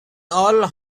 all